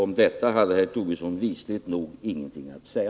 Om detta hade herr Tobisson visligt nog ingenting att säga.